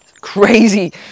crazy